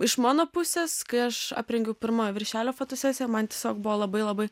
iš mano pusės kai aš aprengiau pirma viršelio fotosesiją man tiesiog buvo labai labai